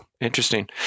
interesting